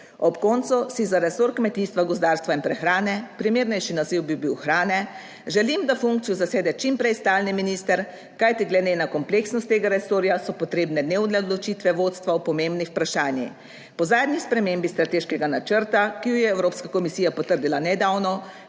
Ob koncu si za resor kmetijstva, gozdarstva in prehrane, primernejši naziv bi bil hrane, želim, da funkcijo zasede čim prej stalni minister, kajti glede na kompleksnost tega resorja so potrebne ne odločitve vodstva o pomembnih vprašanjih. Po zadnji spremembi strateškega načrta, ki jo je Evropska komisija potrdila nedavno,